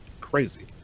crazy